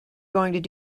going